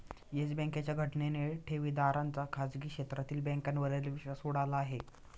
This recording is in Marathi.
येस बँकेच्या घटनेने ठेवीदारांचा खाजगी क्षेत्रातील बँकांवरील विश्वास उडाला आहे